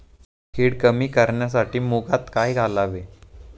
कीड कमी करण्यासाठी मुगात काय घालावे?